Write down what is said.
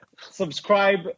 subscribe